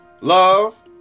love